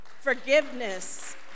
forgiveness